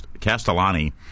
Castellani